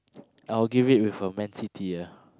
I will give it with a Man-City ah